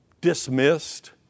dismissed